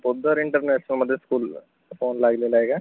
पोद्दार इंटरनॅशनलमध्ये school phone लागलेला आहे का